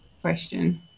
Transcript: question